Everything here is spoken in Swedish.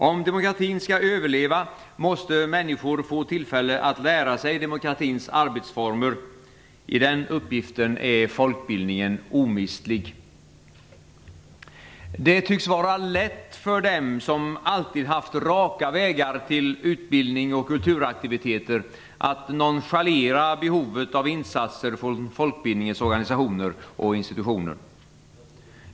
Om demokratin skall överleva måste människor få tillfälle att lära sig demokratins arbetsformer. I den uppgiften är folkbildningen omistlig. Det tycks vara lätt för dem som alltid haft raka vägar till utbildning och kulturaktiviteter att nonchalera behovet av insatser från folkbildningens organisationer och institutioner.